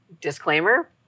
disclaimer